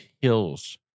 Hills